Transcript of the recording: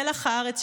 מלח הארץ,